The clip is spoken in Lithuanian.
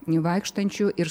nei vaikštančių ir